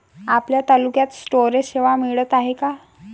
आपल्या तालुक्यात स्टोरेज सेवा मिळत हाये का?